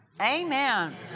Amen